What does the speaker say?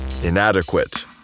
inadequate